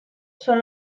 son